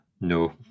No